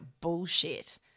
bullshit